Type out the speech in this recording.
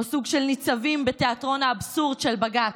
סוג של ניצבים בתיאטרון האבסורד של בג"ץ.